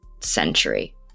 century